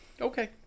okay